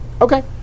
Okay